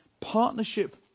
Partnership